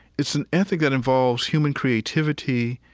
it's an ethic that involves human creativity.